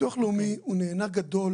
ביטוח לאומי הוא נהנה גדול